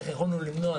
איך יכולנו למנוע.